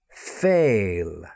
Fail